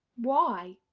why?